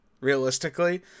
Realistically